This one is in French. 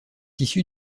issu